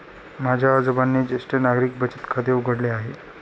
माझ्या आजोबांनी ज्येष्ठ नागरिक बचत खाते उघडले आहे